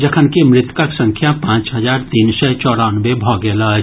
जखनकि मृतकक संख्या पांच हजार तीन सय चौरानवे भऽ गेल अछि